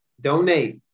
donate